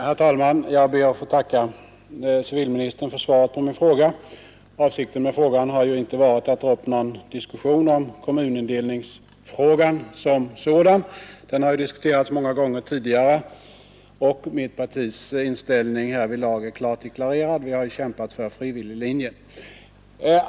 Herr talman! Jag ber att få tacka civilministern för svaret på min fråga. Avsikten har inte varit att dra upp någon diskussion om kommunindelningsfrågan som sådan. Den har ju diskuterats många gånger tidigare, och mitt partis inställning härvidlag är klart deklarerad. Vi har kämpat för frivilliglinjen.